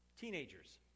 teenagers